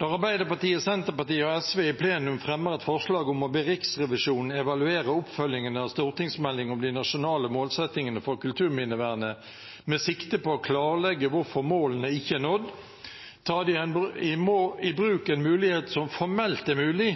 Arbeiderpartiet, Senterpartiet og SV i plenum fremmer et forslag om å be Riksrevisjonen evaluere oppfølgingen av stortingsmeldingen om de nasjonale målsettingene for kulturminnevernet med sikte på å klarlegge hvorfor målene ikke er nådd, tar de i bruk en mulighet som formelt er mulig,